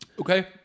Okay